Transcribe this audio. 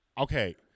Okay